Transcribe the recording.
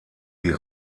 die